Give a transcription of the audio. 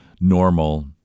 normal